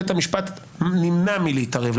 בית המשפט נמנע מלהתערב,